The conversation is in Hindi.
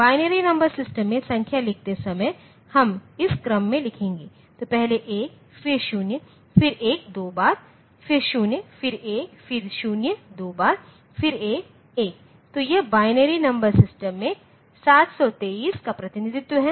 बाइनरी नंबर सिस्टम में संख्या लिखते समय हम इस क्रम में लिखेंगे तो पहले 1 फिर 0 फिर 1 दो बार फिर 0 फिर 1 फिर 0 दो बार फिर 1 1 तो यह बाइनरी नंबर सिस्टम में 723 का प्रतिनिधित्व है